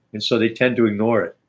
and so they tend to ignore it.